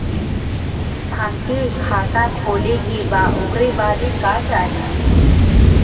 हमके खाता खोले के बा ओकरे बादे का चाही?